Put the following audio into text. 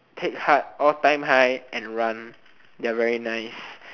take heart all time high and run they are very nice